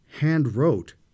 hand-wrote